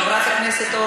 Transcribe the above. חבר הכנסת ישראל אייכלר,